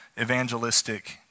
evangelistic